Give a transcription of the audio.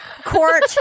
court